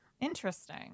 Interesting